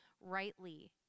rightly